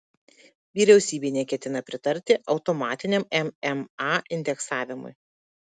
vyriausybė neketina pritarti automatiniam mma indeksavimui